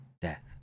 death